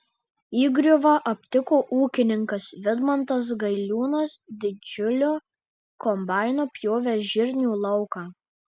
įgriuvą aptiko ūkininkas vidmantas gailiūnas didžiuliu kombainu pjovęs žirnių lauką